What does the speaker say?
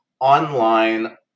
online